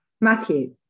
Matthew